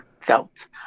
felt